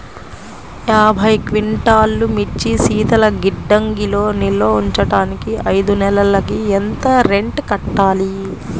యాభై క్వింటాల్లు మిర్చి శీతల గిడ్డంగిలో నిల్వ ఉంచటానికి ఐదు నెలలకి ఎంత రెంట్ కట్టాలి?